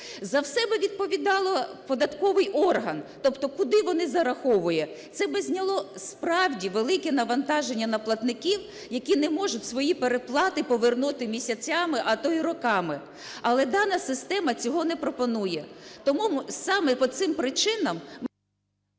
за все би відповідав податковий орган, тобто куди вони зараховують. Це би зняло, справді, велике навантаження на платників, які не можуть свої переплати повернути місяцями, а то і роками. Але дана система цього не пропонує. Тому саме по цим причинам… ГОЛОВУЮЧИЙ.